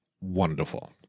wonderful